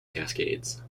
cascades